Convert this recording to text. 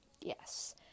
yes